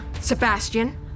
Sebastian